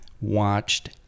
watched